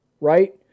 right